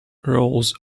rose